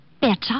Better